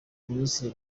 ministre